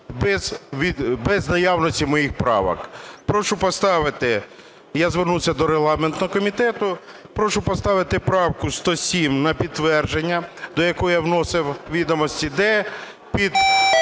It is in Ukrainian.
без наявності моїх правок. Прошу поставити… Я звернувся до регламентного комітету. Прошу поставити правку 107 на підтвердження, до якої я вносив відомості, де під